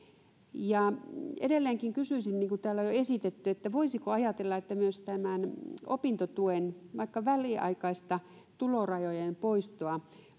edelleenkin kysyisin niin kuin täällä on jo esitetty voisiko ajatella että myös tämän opintotuen vaikka väliaikaista tulorajojen poistoa